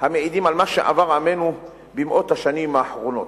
המעידים על מה שעבר עמנו במאות השנים האחרונות.